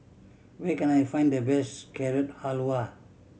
where can I find the best Carrot Halwa